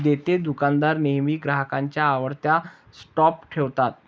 देतेदुकानदार नेहमी ग्राहकांच्या आवडत्या स्टॉप ठेवतात